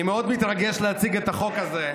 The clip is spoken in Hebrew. אני מאוד מתרגש להציג את החוק הזה.